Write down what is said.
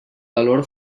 valor